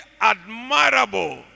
admirable